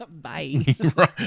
Bye